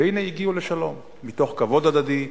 והנה הגיעו לשלום מתוך כבוד הדדי,